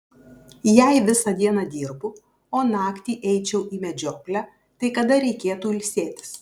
jei visą dieną dirbu o naktį eičiau į medžioklę tai kada reikėtų ilsėtis